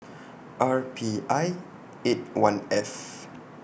R P I eight one F